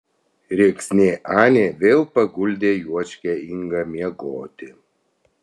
rėksnė anė vėl paguldė juočkę ingą miegoti